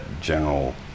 general